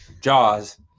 Jaws